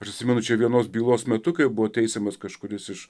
prisimenu čia vienos bylos metu kai buvo teisiamas kažkuris iš